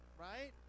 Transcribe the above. right